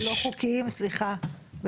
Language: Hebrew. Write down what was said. לא חוקיים, סליחה.